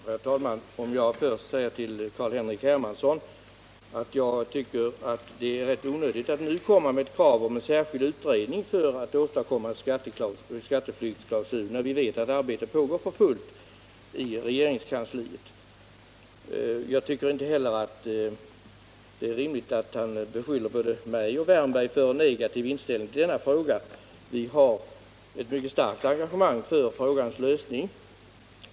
Herr talman! Får jag först säga till Carl-Henrik Hermansson att jag tycker det är rätt onödigt att nu komma med ett krav på en särskild utredning för att åstadkomma en skatteflyktsklausul, när vi vet att arbetet pågår för fullt i regeringskansliet. Jag tycker också att det är orimligt att han beskyller både mig och herr Wärnberg för en negativ inställning i denna fråga. Vi har ett mycket starkt engagemang för frågans lösning.